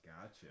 Gotcha